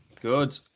Good